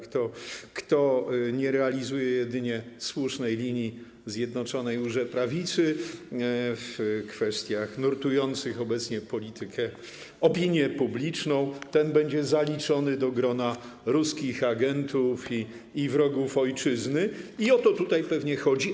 Kto nie realizuje jedynie słusznej linii Zjednoczonej łże-Prawicy w kwestiach nurtujących obecnie opinię publiczną, ten będzie zaliczony do grona ruskich agentów i wrogów ojczyzny, i o to tutaj pewnie chodzi.